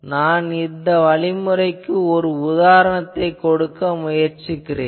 நான் இந்த வழிமுறைக்கு ஒரு உதாரணத்தைக் கொடுக்க முயற்சிக்கிறேன்